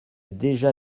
déjà